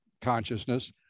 consciousness